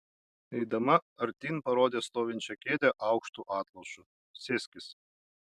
eidama artyn parodė stovinčią kėdę aukštu atlošu sėskis